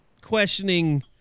questioning